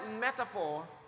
metaphor